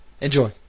enjoy